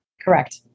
Correct